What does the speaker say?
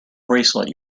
bracelet